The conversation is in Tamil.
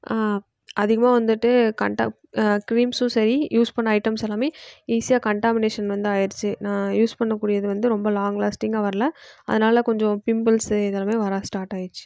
அதிகமாக வந்துட்டு கண்ட கிரீம்ஸும் சரி யூஸ் பண்ண ஐட்டம்ஸ் எல்லாமே ஈஸியாக கன்டாமினேஷன் வந்து ஆகிருச்சு நான் யூஸ் பண்ணக் கூடியது வந்து ரொம்ப லாங் லாஸ்ட்டிங்காக வரல அதனால் கொஞ்சம் பிம்பிள்ஸு இது எல்லாமே வர ஸ்டார்ட் ஆகிருச்சு